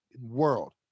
world